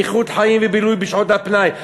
איכות חיים ובילוי בשעות הפנאי,